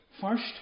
first